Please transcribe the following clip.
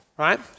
Right